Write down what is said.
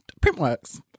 Printworks